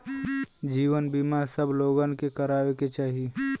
जीवन बीमा सब लोगन के करावे के चाही